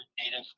Native